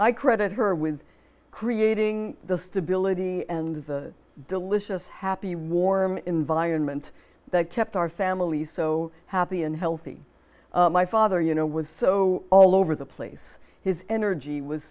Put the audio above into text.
i credit her with creating the stability and the delicious happy warm environment that kept our family so happy and healthy my father you know was so all over the place his energy was